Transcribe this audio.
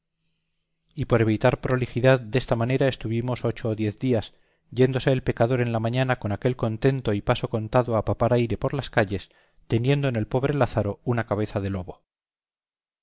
y por evitar prolijidad desta manera estuvimos ocho o diez días yéndose el pecador en la mañana con aquel contento y paso contado a papar aire por las calles teniendo en el pobre lázaro una cabeza de lobo